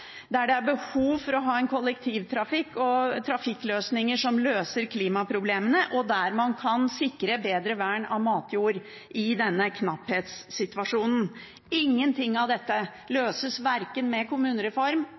der det er behov for å ha en kollektivtrafikk og trafikkløsninger som løser klimaproblemene, og der man kan sikre bedre vern av matjord i denne knapphetssituasjonen. Ingenting av dette løses verken med kommunereform